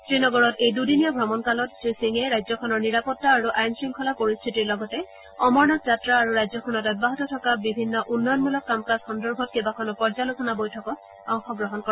শ্ৰীনগৰত এই দুদিনীয়া ভ্ৰমণকালত শ্ৰীসিঙে ৰাজ্যখনৰ নিৰাপত্তা আৰু আইন শংখলা পৰিস্থিতিৰ লগতে অমৰনাথ যাত্ৰা আৰু ৰাজ্যখনত অব্যাহত থকা বিভিন্ন উন্নয়নমূলক কাম কাজ সন্দৰ্ভত কেইবাখনো পৰ্য্যালোচনা বৈঠকত অংশগ্ৰহণ কৰে